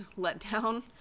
letdown